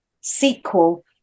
sequel